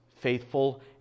faithful